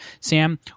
Sam